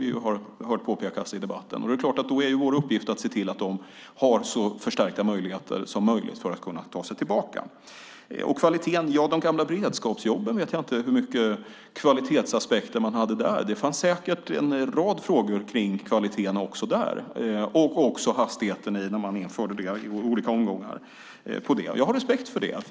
Då är det vår uppgift att se till att de har så förstärkta möjligheter som möjligt för att kunna ta sig tillbaka. Sedan kommer jag till detta med kvaliteten. När det gällde de gamla beredskapsjobben vet jag inte hur mycket kvalitetsaspekter man hade. Det fanns säkert en rad frågor kring kvaliteten också där, liksom hastigheten med vilken man införde dem i olika omgångar. Jag har respekt för det.